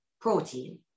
Protein